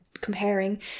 comparing